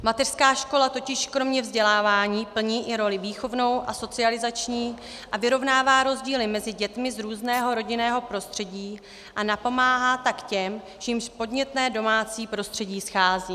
Mateřská škola totiž kromě vzdělávání plní i roli výchovnou a socializační a vyrovnává rozdíly mezi dětmi z různého rodinného prostředí a napomáhá tak těm, jimž podnětné domácí prostředí schází.